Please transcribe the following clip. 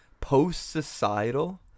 Post-societal